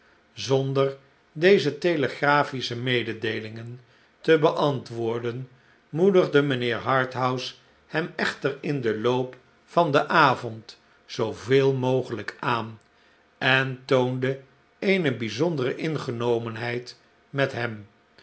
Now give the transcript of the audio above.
zonder deze telegrafische mededeelingen te beantwoorden moedigde mijnheer harthouse hem echter in den loop van den avond zooveel mogelijk aan en toonde eene bijzondere ingenomenheid met hem